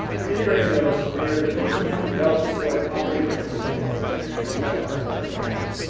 for integrating those, they are going to be incrementally developed, deployed and operated by different stakeholders and they're going to be specialized for different bands.